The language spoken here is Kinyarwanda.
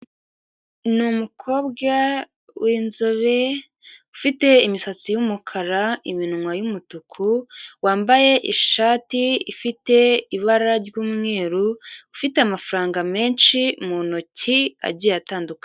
Ni umukobwa w'inzobe ufite imisatsi y'umukara, iminwa y'umutuku, wambaye ishati ifite ibara ry'umweru, ufite amafaranga menshi mu ntoki agiye atandukanye.